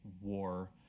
war